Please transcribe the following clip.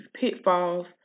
pitfalls